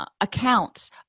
Accounts